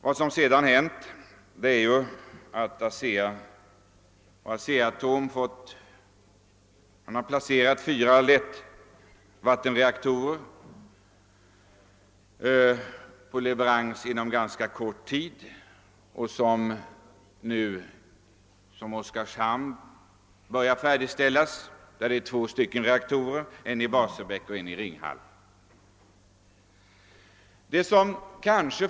Vad som sedan hänt är ju att ASEA och ASEA-atom fått order på fyra lättvattenreaktorer, som skall levereras inom ganska kort tid. Två skall levereras till Oskarshamn, där arbetena nu börjar bli färdiga, en till Barsebäck och en till Ringhals.